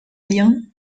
اليوم